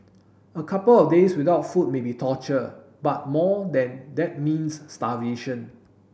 a couple of days without food may be torture but more than that means starvation